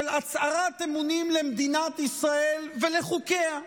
הצהרת אמונים למדינת ישראל ולחוקיה.